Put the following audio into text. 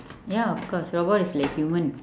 ya of course robot is like human